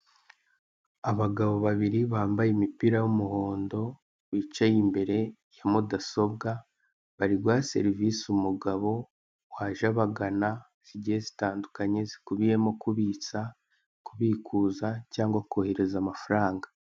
Abagabo babiri bambaye imipira y'umuhondo bicaye imbere ya mudasobwa, bari guha serivise umugabo waje abagana zigiye zitandikanye zikubiyemo: kubitsa, kubikuza cyangwa kohereza amafaranga.